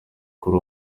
kuri